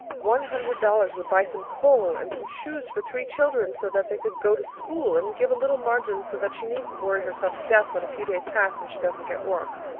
one hundred dollars would buy some coal and some shoes for three children so that they could go to school, and give a little margin so that she needn't worry herself to death when a few days pass and she doesn't get work.